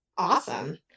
awesome